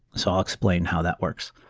so i'll explain how that works.